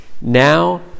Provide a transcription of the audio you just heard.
now